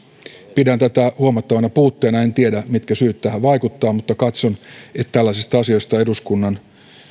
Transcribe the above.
pidän tätä huomattavana puutteena en tiedä mitkä syyt tähän vaikuttavat mutta katson että tällaisista asioista eduskunnan